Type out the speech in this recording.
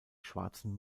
schwarzen